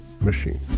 machine